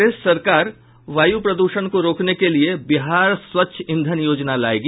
प्रदेश सरकार वायु प्रदूषण को रोकने के लिये बिहार स्वच्छ ईंधन योजना लायेगी